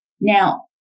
Now